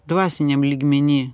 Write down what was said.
dvasiniam lygmeny